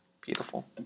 Beautiful